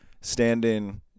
Standing